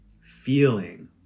feeling